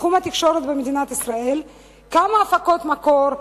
מתחום התקשורת במדינת ישראל; כמה הפקות מקור,